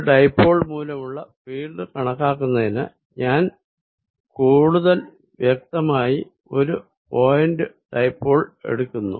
ഒരു ഡൈപോൾ മൂലമുള്ള ഫീൽഡ് കണക്കാക്കുന്നതിന് ഞാൻ കൂടുതൽ വ്യക്തമായി ഒരു പോയിന്റ് ഡൈപോൾ എടുക്കുന്നു